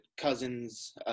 cousin's